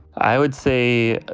i would say